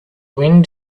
wind